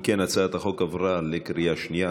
אם כן, הצעת החוק עברה בקריאה שנייה.